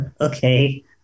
okay